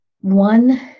one